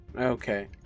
Okay